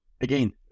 again